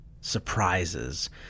surprises